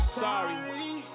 sorry